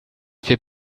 fait